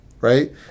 right